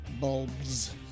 Bulbs